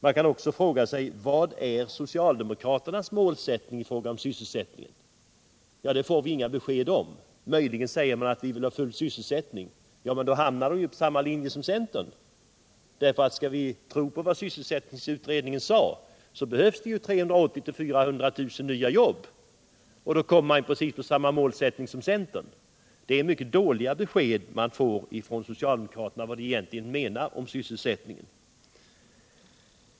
Man kan också fråga sig vilket mål socialdemokraterna har när det gäller sysselsättningen. Det får vi inga besked om. Möjligen säger man att man vill ha full sysselsättning, men då hamnar man ju på samma linje som centern. Skall vi tro på sysselsättningsutredningens uttalande behövs det nu 380 000-400 000 nya jobb, och då blir det alltså fråga om samma mål som centerns. Socialdemokraterna ger mycket dåliga besked om vad de egentligen menar beträffande sysselsättningen.